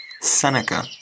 Seneca